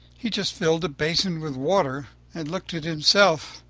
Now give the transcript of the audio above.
he just filled a basin with water and looked at himself.